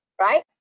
right